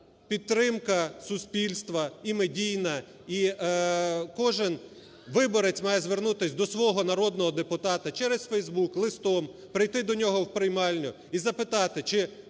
підтримка суспільства, і медійна, і кожен виборець має звернутись до свого народного депутата, черезФейсбук, листом, прийти до нього в приймальню і запитати, чи